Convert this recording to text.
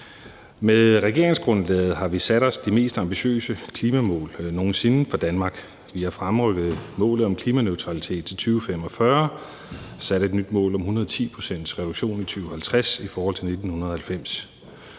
Med regeringsgrundlaget har vi sat os det mest ambitiøse klimamål nogen sinde for Danmark. Vi har fremrykket målet om klimaneutralitet til 2045, sat et nyt mål om 110-procentsreduktion i 2050 i forhold til 1990.